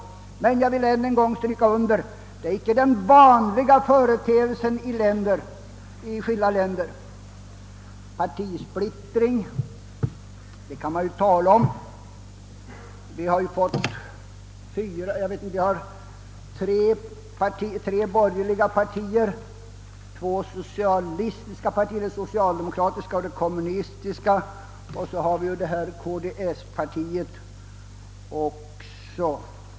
Jag vill emellertid än en gång understryka att detta icke är den vanliga företeelsen i skilda länder. Partisplittring är ju ingen önskvärd företeelse. Vi har tre borgerliga partier, två socialistiska partier — det socialdemokratiska och det kommunistiska — och så KDS-partiet.